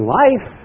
life